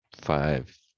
five